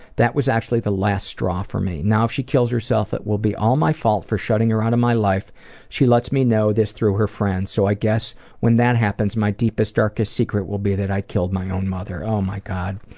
that was actually the last straw for me. now if she kills herself it will be all my fault for shutting her out of my life she lets me know this through her friends. so i guess when that happens, my deepest darkest secret will be that i killed my own mother. oh my god,